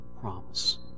promise